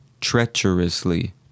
Treacherously